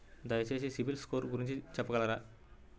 దయచేసి సిబిల్ స్కోర్ గురించి చెప్పగలరా?